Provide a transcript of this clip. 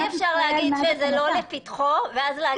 אי אפשר להגיד שזה לא לפתחו ואז להגיד את העמדה שלו.